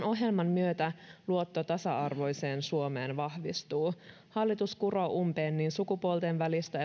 ohjelman myötä luotto tasa arvoiseen suomeen vahvistuu hallitus kuroo umpeen niin sukupuolten välistä